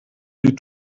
die